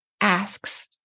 asks